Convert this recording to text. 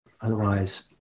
otherwise